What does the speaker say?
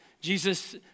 Jesus